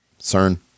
CERN